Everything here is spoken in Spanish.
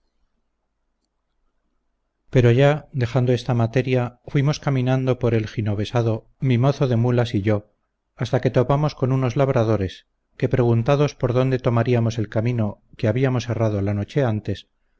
pero ya dejando esta materia fuimos caminando por el ginovesado mi mozo de mulas y yo hasta que topamos con unos labradores que preguntados por dónde tomaríamos el camino que habíamos errado la noche antes